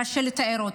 קשה לתאר.